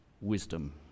wisdom